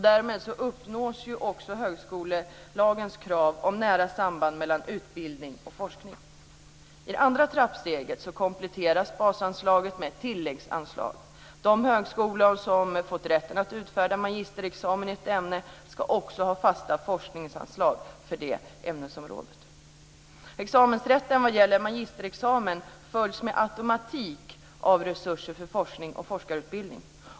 Därmed uppnås också högskolelagens krav på nära samband mellan utbildning och forskning. I det andra trappsteget kompletteras basanslaget med ett tilläggsanslag. De högskolor som fått rätten att utfärda magisterexamen i ett ämne ska också ha fasta forskningsanslag för det ämnesområdet. Examensrätten vad gäller magisterexamen följs med automatik av resurser för forskning och forskarutbildning.